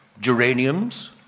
geraniums